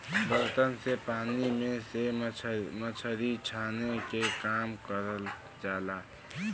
बर्तन से पानी में से मछरी छाने के काम करल जाला